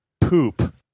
poop